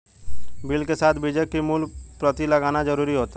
bill के साथ बीजक की मूल प्रति लगाना जरुरी होता है